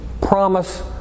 promise